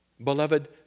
Beloved